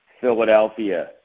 Philadelphia